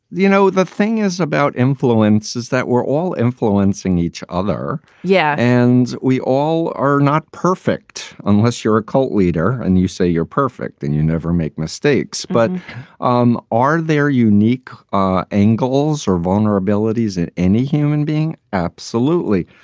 you know, the thing is about influence is that we're all influencing each other. yeah. and we all are not perfect. unless you're a cult leader and you say you're perfect and you never make mistakes. but um are there unique ah angles or vulnerabilities in any human being? absolutely.